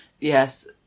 Yes